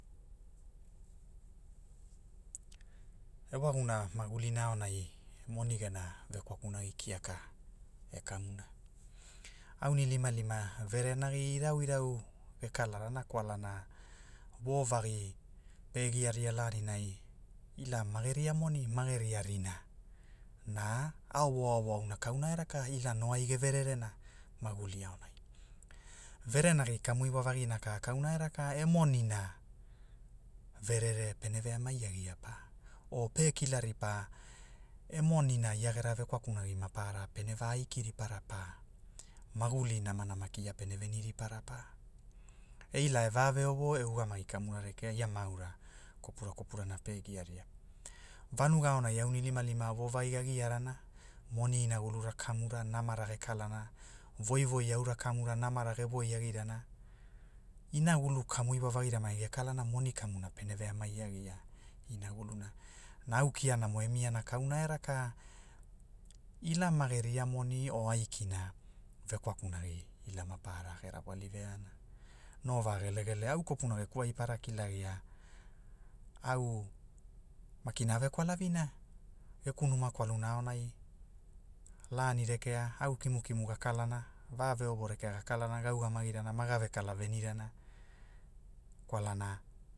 Ewagumuna, maguli aonai moni gena vekwaku kiaka, e kamuna, aunilimalima verenagi irauirau, ge kalarana kwalana, wovagi, pe gia ria laninai, ila mageria moni mageria rinaa, na, aowo aowo auna kauna e raka ila no ai ge vererena, maguli aunai. Verenagi kamu iwa vagina ka kauna e raka e monina, verere pene veamai agia pa, o pe kila ripa, emonina ia gera vekwakunagi maparara pene vaiki ripara pa, magulinamana maki ia pene veniri para pa, eila e vaveovo e ugamagi kamura rekea ia maura, kopura kopurana pe giaria, vanuga aonai aunilimalima vovagi a giarana, moni inagulura kamura namara ge kalana voivoi aura kamura namara ge wa agirana, inagulu kamu, iwa vagira mai ge kalana moni kamuna pe veamai ia gia- ge inaguluna, na au kianamo e miana kauna eraka, ila mageria moni o aikina, vekwakunagi, ila maparara ge rawali veana, no va gelegele au kopuna geku ai para kilagia au, makina ave kwalavina, geku numa kwaluna aonai, lani rekea au kimukimu ga kalana, va veovora rekea ga kalana ge ugamagirana maga ve kala venirana kwalana